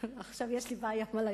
עכשיו יש לי בעיה מה להגיד.